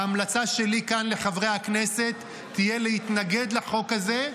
ההמלצה שלי כאן לחברי הכנסת תהיה להתנגד לחוק הזה.